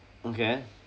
okay